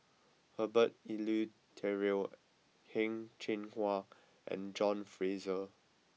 Herbert Eleuterio Heng Cheng Hwa and John Fraser